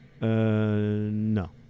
No